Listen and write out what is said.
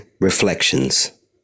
reflections